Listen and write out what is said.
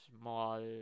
small